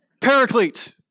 Paraclete